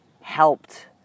helped